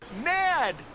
Ned